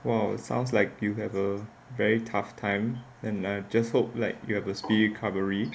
!wow! sounds like you have a very tough time and uh I just hope like you have a speedy recovery